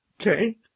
Okay